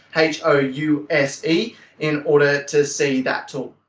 h o u s e in order to see that tool.